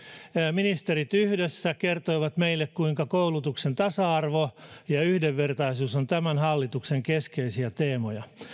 ministerit yhdessä kertoivat meille kuinka koulutuksen tasa arvo ja yhdenvertaisuus on tämän hallituksen keskeisiä teemoja